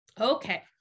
Okay